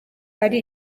ari